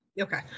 Okay